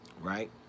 Right